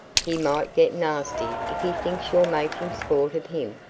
he might get nasty if he thinks you're making sport of him.